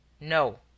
No